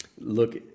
Look